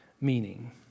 meaning